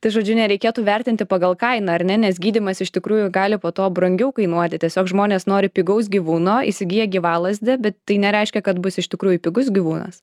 tai žodžiu nereikėtų vertinti pagal kainą ar ne nes gydymas iš tikrųjų gali po to brangiau kainuoti tiesiog žmonės nori pigaus gyvūno įsigiję gyvalazdę bet tai nereiškia kad bus iš tikrųjų pigus gyvūnas